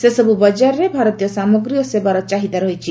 ସେସବୁ ବଜାରରେ ଭାରତୀୟ ସାମଗ୍ରୀ ଓ ସେବାର ଚାହିଦା ରହିଛି